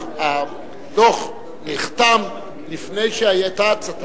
הדוח נחתם לפני שהיתה הצתה.